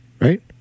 right